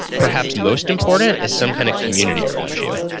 perhaps most important is some kind of community around you.